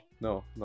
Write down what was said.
no